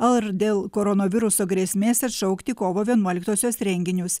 ar dėl koronaviruso grėsmės atšaukti kovo vienuoliktosios renginius